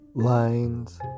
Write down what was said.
Lines